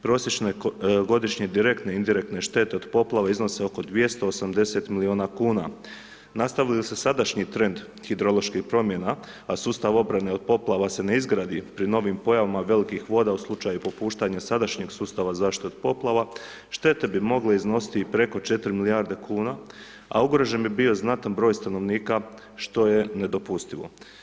Prosječne godišnje direktne i indirektne štete od poplave iznose oko 280 miliona kuna, nastavi li se sadašnji trend hidroloških promjena a sustav obrane od poplava se ne izgradi pri novim pojavama velikih voda u slučaju popuštanja sadašnjeg sustava zaštite od poplava štete bi mogle iznositi i preko 4 milijarde kuna, a ugrožen bi bio znatan broj stanovnika što je nedopustivo.